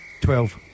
Twelve